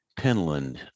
Penland